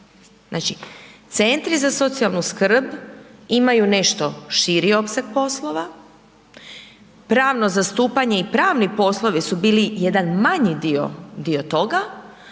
Znači centri za socijalnu skrb imaju nešto širi opseg poslova, pravno zastupanje i pravni poslovi su bili jedan manji dio toga,